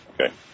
Okay